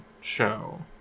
show